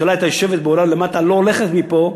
הממשלה הייתה יושבת בקומה למטה, לא הולכת מפה,